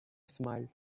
smiled